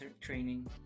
training